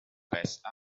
passed